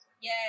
Yay